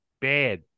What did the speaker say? bad